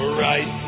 right